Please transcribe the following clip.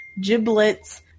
giblets